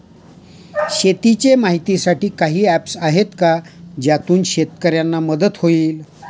शेतीचे माहितीसाठी काही ऍप्स आहेत का ज्यातून शेतकऱ्यांना मदत होईल?